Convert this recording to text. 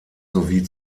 sowie